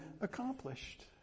accomplished